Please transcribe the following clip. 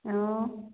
ꯑꯣ